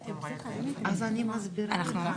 אני מסבירה לך.